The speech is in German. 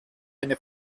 eine